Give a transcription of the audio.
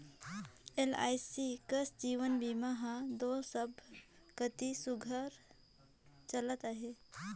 LIC कस जीवन बीमा हर दो सब कती सुग्घर चलत अहे